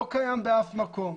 לא קיים באף מקום.